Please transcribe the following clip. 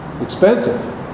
expensive